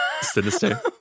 Sinister